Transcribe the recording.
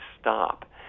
stop